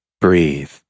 Breathe